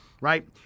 right